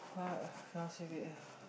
what cannot save it